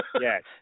Yes